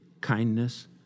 kindness